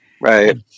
Right